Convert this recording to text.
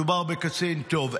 מדובר בקצין טוב.